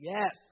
Yes